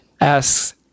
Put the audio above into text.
asks